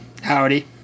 Howdy